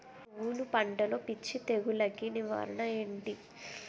నువ్వులు పంటలో పిచ్చి తెగులకి నివారణ ఏంటి?